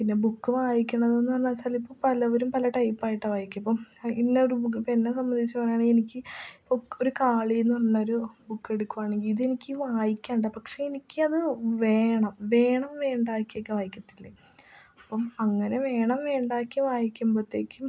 പിന്നെ ബുക്ക് വായിക്കണതെന്നു പറഞ്ഞയച്ചാൽ ഇപ്പോൾ പലവരും പല ടൈപ്പായിട്ടാണ് വായിക്കുക ഇപ്പം ഇന്ന ഒരു ബുക്ക് ഇപ്പം എന്നെ സംബന്ധിച്ച് പറയുകയാണേ എനിക്ക് ഒരു കാളിയെന്നു പറഞ്ഞൊരു ബുക്ക് എടുക്കുകയാണെങ്കിൽ ഇതെനിക്ക് വായിക്കണ്ട പക്ഷെ എനിക്കത് വേണം വേണം വേണ്ടായികക്കെ വായിക്കത്തില്ലെ അപ്പം അങ്ങനെ വേണം വേണ്ടാക്കി വായിക്കുമ്പോഴത്തേക്കും